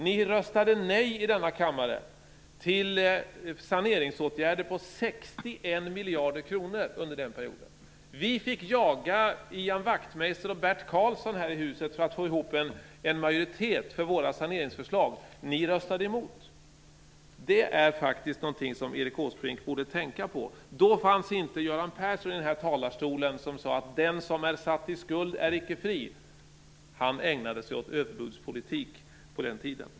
Ni röstade nej i denna kammare till saneringsåtgärder på 61 miljarder kronor under den perioden. Vi fick jaga Ian Wachtmeister och Bert Karlsson här i huset för att få ihop en majoritet för våra saneringsförslag. Ni röstade emot. Det är faktiskt någonting som Erik Åsbrink borde tänka på. Då fanns inte Göran Persson i den här talarstolen och sade: Den som är satt i skuld är icke fri. Han ägnade sig åt överbudspolitik på den tiden.